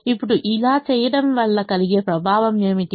ఇప్పుడు ఇలా చేయడం వల్ల కలిగే ప్రభావం ఏమిటి